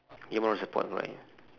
ya moral support right